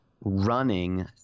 running